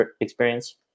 experience